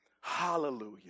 Hallelujah